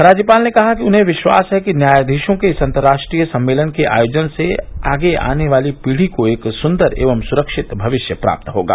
राज्यपाल ने कहा कि उन्हें विश्वास है कि न्यायधीशों के इस अन्तर्राष्ट्रीय सम्मेलन के आयोजन से आगे आने वाली पीढ़ी को एक सुन्दर एवं सुरक्षित भविष्य प्राप्त होगा